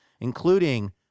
including